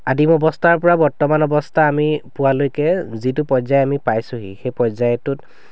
আদিম অৱস্থাৰ পৰা বৰ্তমান অৱস্থা আমি পোৱালৈকে যিটো পৰ্য্য়ায় আমি পাইছোঁহি সেই পৰ্যায়টোত